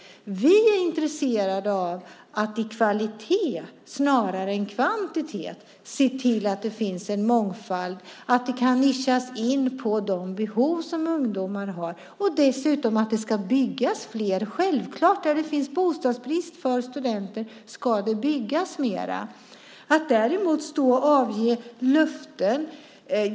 Vi är intresserade av att genom kvalitet snarare än kvantitet se till att det finns en mångfald genom att nischa in på de behov ungdomarna har och genom att se till att det byggs mer. Där det finns bostadsbrist för studenterna ska det självfallet byggas mer. Slutligen har vi detta med att avge löften.